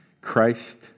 Christ